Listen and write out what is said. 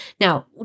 Now